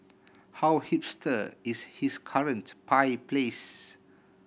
how hipster is his current pie place